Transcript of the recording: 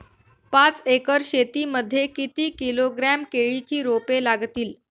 पाच एकर शेती मध्ये किती किलोग्रॅम केळीची रोपे लागतील?